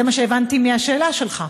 זה מה שהבנתי מהתשובה שלך,